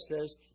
says